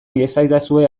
iezadazue